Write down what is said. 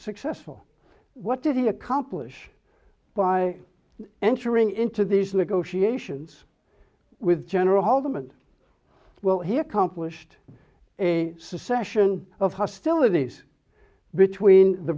successful what did he accomplish by entering into these negotiations with general hold them and well he accomplished a succession of hostilities between the